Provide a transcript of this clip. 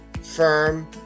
firm